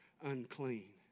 unclean